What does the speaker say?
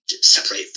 separate